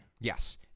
yes